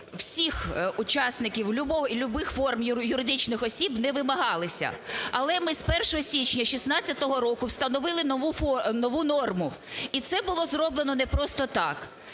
всіх учасників любих форм юридичних осіб не вимагалися. Але ми з 1 січня 2016 року встановили нову норму, і це було зроблено не просто так.